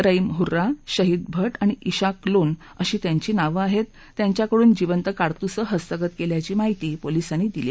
रईम हुर्रा शहीद भट आणि इशाक लोन अशी त्यांची नावं आहती त्यांच्याकडून जिवंत काडतुसं हस्तगत क्विमाची माहिती पोलिसांनी दिली